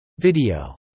Video